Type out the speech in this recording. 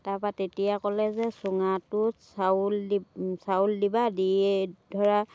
তাৰপৰা তেতিয়া ক'লে যে চুঙাটোত চাউল চাউল দিবা দিয়ে ধৰা